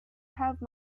have